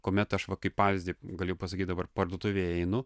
kuomet aš va kaip pavyzdį galiu pasakyt dabar parduotuvėj einu